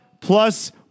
Plus